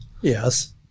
Yes